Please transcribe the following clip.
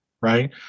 right